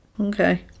okay